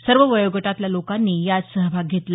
सर्व वयोगटातल्या लोकांनी यात सहभाग घेतला